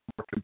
more